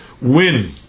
win